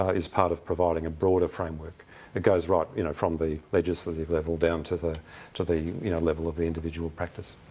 ah is part of providing a broader framework that goes right you know from the legislative level down to the to the you know level of the individual practice.